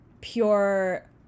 pure